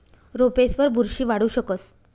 रोपेसवर बुरशी वाढू शकस